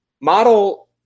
Model